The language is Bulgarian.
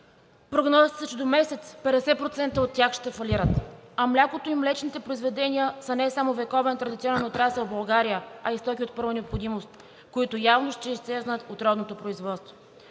Прогнозите са, че до месец 50% от тях ще фалират, а млякото и млечните произведения са не само вековен традиционен отрасъл в България, а и стоки от първа необходимост, които явно ще изчезнат от родното производство,